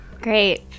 Great